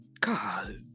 God